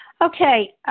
Okay